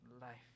life